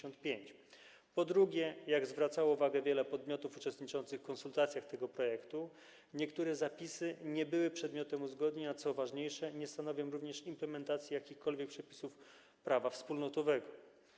Po drugie, jak zwracało uwagę wiele podmiotów uczestniczących w konsultacjach dotyczących tego projektu, niektóre zapisy nie były przedmiotem uzgodnień, a co ważniejsze nie stanowią również implementacji jakichkolwiek przepisów prawa wspólnotowego.